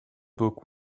book